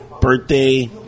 birthday